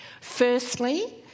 Firstly